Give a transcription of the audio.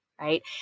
Right